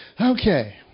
Okay